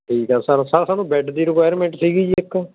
ਠੀਕ ਆ sir sir ਸਾਨੂੰ ਬੈਡ ਦੀ ਰਿਕੁਾਇਰਮੈਂਟ ਸੀਗੀ ਜੀ ਇੱਕ